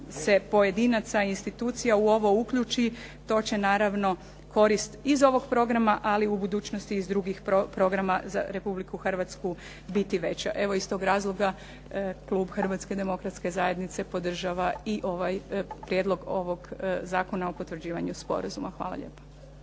se pojedinaca, institucija u ovo uključi to će naravno korist iz ovog programa, ali u budućnosti iz drugih programa za Republiku Hrvatsku biti veća. Evo iz tog razloga klub Hrvatske demokratske zajednice podržava i ovaj, Prijedlog ovog zakona o potvrđivanju sporazuma. Hvala lijepa.